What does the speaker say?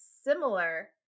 similar